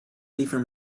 liever